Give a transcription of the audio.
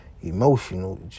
emotional